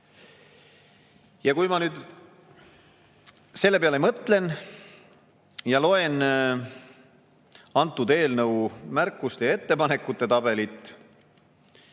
Kui ma nüüd selle peale mõtlen ja loen eelnõu märkuste ja ettepanekute tabelit,